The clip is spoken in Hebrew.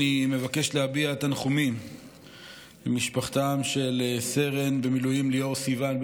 אני מבקש להביע תנחומים למשפחתו של סרן במילואים ליאור סיוון,